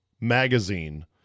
magazine